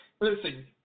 listen